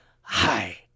Hi